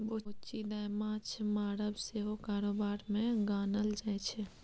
बुच्ची दाय माँछ मारब सेहो कारोबार मे गानल जाइ छै